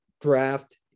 Draft